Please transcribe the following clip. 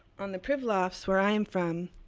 on the pribilofs where i am from,